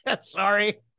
Sorry